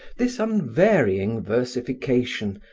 this unvarying versification,